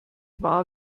war